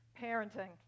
parenting